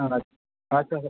ᱟᱪᱪᱷᱟ ᱦᱳᱭ